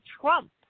Trump